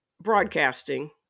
broadcasting